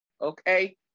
okay